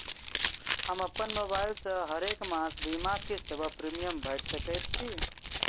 हम अप्पन मोबाइल सँ हरेक मास बीमाक किस्त वा प्रिमियम भैर सकैत छी?